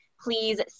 please